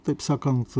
taip sakant